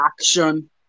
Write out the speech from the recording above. action